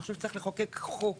אני חושבת שצריך לחוקק חוק